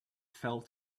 fell